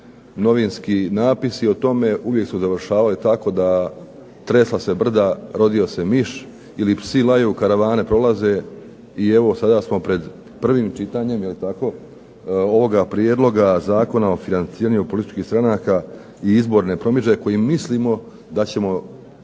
novinski napisi o tome uvijek su završavali tako da tresla se brda rodio se miš ili psi laju karavane prolaze. I evo sada smo pred prvim čitanjem, je li tako ovoga Prijedloga zakona o financiranju političkih stranaka i izborne promidžbe koji mislimo da ćemo